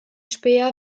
späher